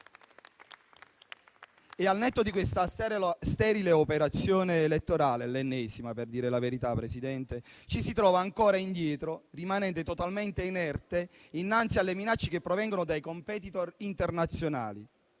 Al netto di questa sterile operazione elettorale - l'ennesima, per dire la verità, Presidente - ci si trova ancora indietro, totalmente inerti innanzi alle minacce che provengono dai *competitor* internazionali